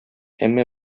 әмма